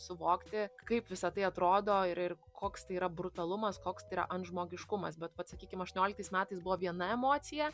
suvokti kaip visa tai atrodo ir ir koks tai yra brutalumas koks tai yra ant žmogiškumas bet vat sakykim aštuonioliktais metais buvo viena emocija